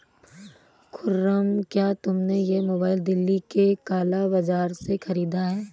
खुर्रम, क्या तुमने यह मोबाइल दिल्ली के काला बाजार से खरीदा है?